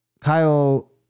Kyle